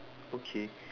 okay